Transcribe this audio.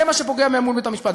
זה מה שפוגע באמון בבית-המשפט.